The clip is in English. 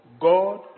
God